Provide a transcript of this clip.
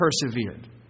persevered